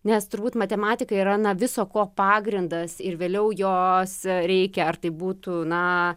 nes turbūt matematika yra viso na ko pagrindas ir vėliau jos reikia ar tai būtų na